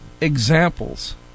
examples